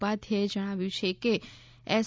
ઉપાધ્યાયે જણાવ્યું છે કે એસ